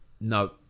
no